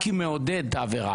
כי הוא מעודד את העבירה.